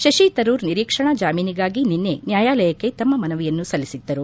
ಶಶಿತರೂರ್ ನಿರೀಕ್ಷಣಾ ಜಾಮೀನಿಗಾಗಿ ನಿನ್ನೆ ನ್ಯಾಯಾಲಯಕ್ಕೆ ತಮ್ಮ ಮನವಿಯನ್ನು ಸಲ್ಲಿಸಿದ್ದರು